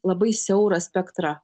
labai siaurą spektrą